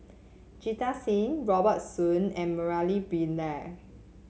Jita Singh Robert Soon and Murali Pillai